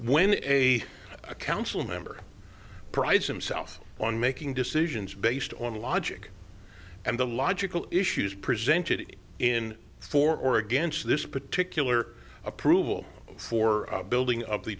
when a council member prides himself on making decisions based on logic and the logical issues presented in for or against this particular approval for building